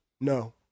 no